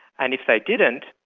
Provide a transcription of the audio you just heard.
and if they didn't,